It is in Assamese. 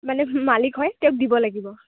মানে মালিক হয় তেওঁক দিব লাগিব